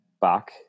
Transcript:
back